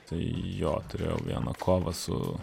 tai jo turėjau vieną kovą su